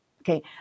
Okay